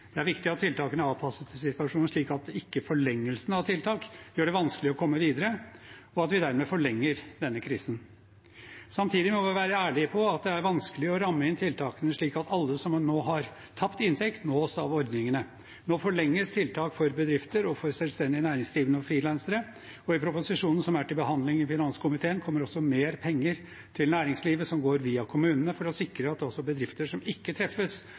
Det er viktig at tiltakene er avpasset situasjonen slik at ikke forlengelsen av tiltak gjør det vanskelig å komme videre, og at vi dermed forlenger denne krisen. Samtidig må vi være ærlige på at det er vanskelig å ramme inn tiltakene slik at alle som nå har tapt inntekt, nås av ordningene. Nå forlenges tiltak for bedrifter og for selvstendig næringsdrivende og frilansere, og i proposisjonen som er til behandling i finanskomiteen, kommer det også mer penger til næringslivet, som går via kommunene, for å sikre at også bedrifter som ikke treffes